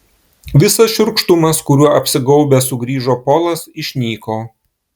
visas šiurkštumas kuriuo apsigaubęs sugrįžo polas išnyko